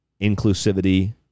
inclusivity